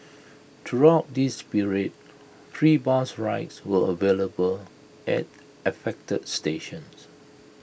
throughout this period free bus rides were available at affected stations